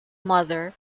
mother